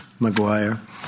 McGuire